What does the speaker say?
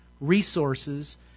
resources